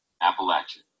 Appalachian